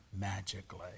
magically